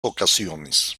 ocasiones